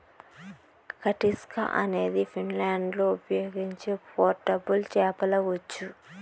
కటిస్కా అనేది ఫిన్లాండ్లో ఉపయోగించే పోర్టబుల్ చేపల ఉచ్చు